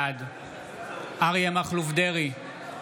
בעד אריה מכלוף דרעי,